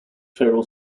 feral